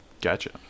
Gotcha